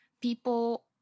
people